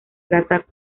plaza